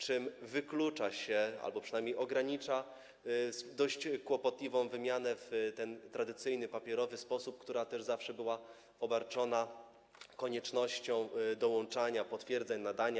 Dzięki temu wyklucza się, albo przynajmniej ogranicza dość kłopotliwą wymianę w ten tradycyjny, papierowy sposób, która zawsze była obarczona koniecznością dołączania potwierdzeń nadania.